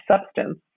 substance